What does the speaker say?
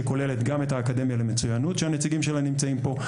שכוללת גם את האקדמיה למצוינות שהנציגים שלה נמצאים פה,